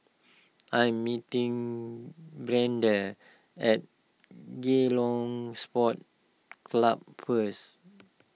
I'm meeting Brianda at Ceylon Sports Club first